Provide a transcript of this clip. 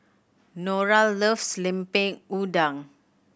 Norah loves Lemper Udang